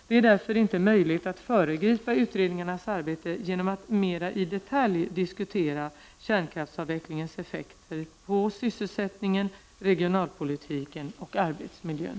Det är därför inte möjligt att föregripa utredningarnas arbete genom att mera i detalj diskutera kärnkraftsavvecklingens effekter på sysselsättningen, regionalpolitiken och arbetsmiljön.